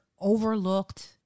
overlooked